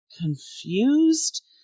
confused